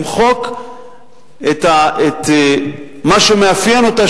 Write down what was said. למחוק את מה שמאפיין אותה,